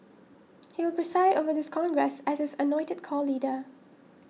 he will preside over this congress as its anointed core leader